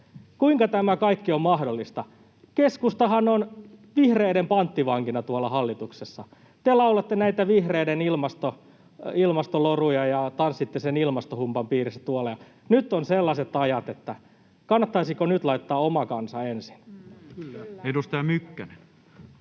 Kuinka tämä kaikki on mahdollista? Keskustahan on vihreiden panttivankina tuolla hallituksessa. Te laulatte näitä vihreiden ilmastoloruja ja tanssitte sen ilmastohumpan piirissä tuolla, ja nyt on sellaiset ajat, että kannattaisiko nyt laittaa oma kansa ensin. Edustaja Mykkänen.